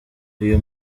uyu